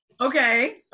okay